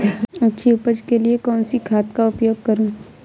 अच्छी उपज के लिए कौनसी खाद का उपयोग करूं?